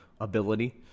ability